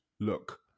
look